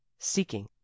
seeking